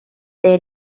they